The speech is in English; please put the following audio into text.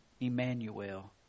Emmanuel